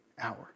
hour